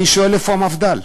אני שואל: איפה המפד"ל?